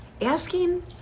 Asking